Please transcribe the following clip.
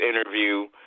interview